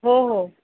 हो हो